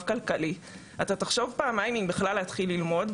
כלכלי אתה תחשוב פעמיים אם בכלל להתחיל ללמוד,